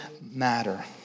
matter